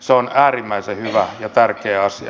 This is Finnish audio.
se on äärimmäisen hyvä ja tärkeä asia